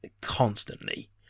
constantly